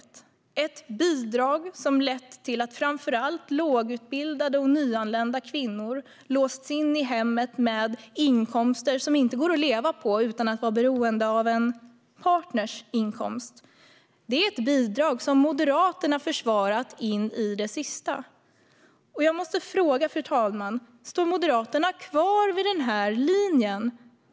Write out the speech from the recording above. Det är ett bidrag som har lett till att framför allt lågutbildade och nyanlända kvinnor har låsts in i hemmet med inkomster som inte går att leva på, utan man är beroende av en partners inkomst. Det här är ett bidrag som Moderaterna in i det sista har försvarat. Jag måste fråga, fru talman, om Moderaterna står kvar vid denna linje.